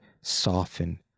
soften